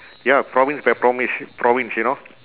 ya province by province province you know